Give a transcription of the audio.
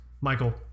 Michael